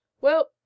Well